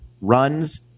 runs